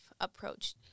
approach